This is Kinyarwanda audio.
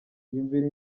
iyumvire